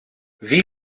wie